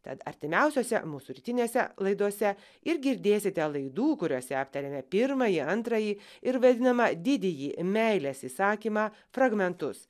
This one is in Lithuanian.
tad artimiausiose mūsų rytinėse laidose ir girdėsite laidų kuriose aptarėme pirmąjį antrąjį ir vadinamą didįjį meilės įsakymą fragmentus